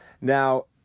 Now